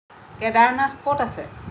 কেদাৰনাথ ক'ত আছে